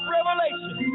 Revelation